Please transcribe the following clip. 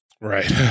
right